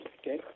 okay